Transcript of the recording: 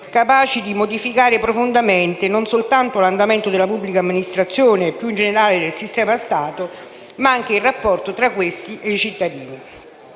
capaci di modificare profondamente non soltanto l'andamento della pubblica amministrazione e, più in generale, del sistema Stato, ma anche il rapporto tra questi e i cittadini.